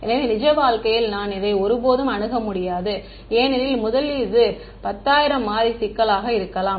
எனவே நிஜ வாழ்க்கையில் நான் இதை ஒருபோதும் அணுக முடியாது ஏனெனில் முதலில் இது 10000 மாறி சிக்கலாக இருக்கலாம்